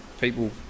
people